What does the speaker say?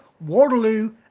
Waterloo